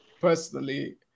personally